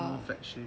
no fetch me